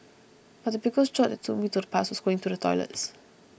but the biggest jolt that took me to the past was going to the toilets